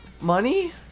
money